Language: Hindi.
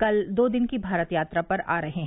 कल दो दिन की भारत यात्रा पर आ रहे हैं